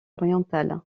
orientale